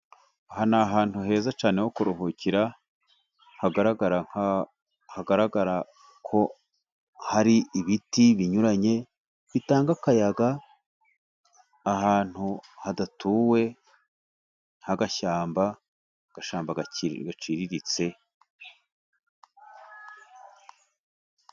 Aha ni ahantu heza cyane ho kuruhukira hagaragara, hagaragara ko hari ibiti binyuranye bitanga akayaga, ahantu hadatuwe h'agashyamba, agashamba gaciriritse.